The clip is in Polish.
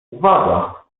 uwaga